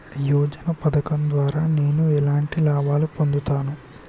యోజన పథకం ద్వారా నేను ఎలాంటి లాభాలు పొందుతాను?